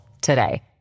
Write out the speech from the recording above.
today